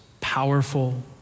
powerful